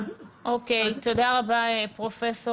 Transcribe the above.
תודה רבה, פרופ'